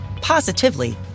positively